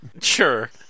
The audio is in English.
Sure